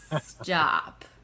stop